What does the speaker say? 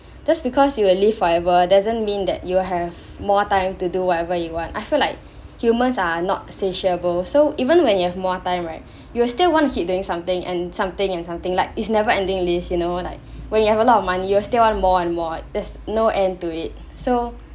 just because you will live forever doesn't mean that you will have more time to do whatever you want I feel like humans are not sociable so even when you have more time right you will still want to keep doing something and something and something like it's never ending list you know like when you have a lot of money you still want more and more there's no end to it so